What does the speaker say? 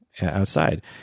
outside